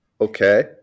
Okay